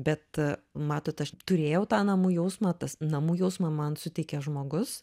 bet matot aš turėjau tą namų jausmą tas namų jausmą man suteikė žmogus